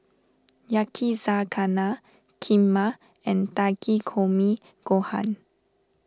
Yakizakana Kheema and Takikomi Gohan